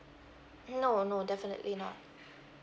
no no definitely not